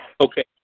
Okay